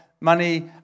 money